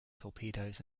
torpedoes